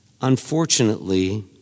unfortunately